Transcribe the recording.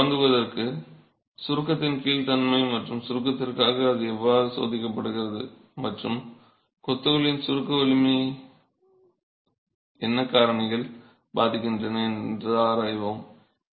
எனவே தொடங்குவதற்கு சுருக்கத்தின் கீழ் தன்மை மற்றும் சுருக்கத்திற்காக அது எவ்வாறு சோதிக்கப்படுகிறது மற்றும் கொத்துகளின் சுருக்க வலிமையை என்ன காரணிகள் பாதிக்கின்றன என்பதை ஆராய்வோம்